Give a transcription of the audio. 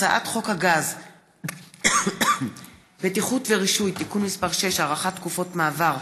הצעת חוק הגז (בטיחות ורישוי) (תיקון מס' 6) (הארכת תקופות מעבר),